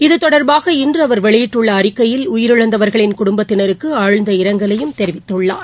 இது தொடர்பாக இன்று அவர் வெளியிட்டுள்ள அறிக்கையில் உயிரிழந்தவர்களின் குடும்பத்தினருக்கு ஆழ்ந்த இரங்கலையும் தெரிவித்துள்ளார்